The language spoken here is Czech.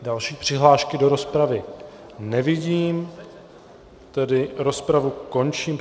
Další přihlášky do rozpravy nevidím, tedy rozpravu končím.